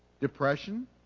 depression